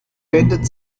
wendet